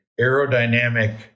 aerodynamic